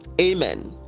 Amen